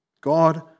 God